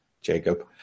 Jacob